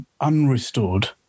unrestored